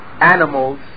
animals